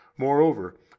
Moreover